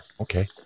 Okay